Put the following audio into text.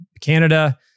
Canada